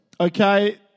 Okay